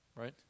right